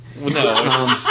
No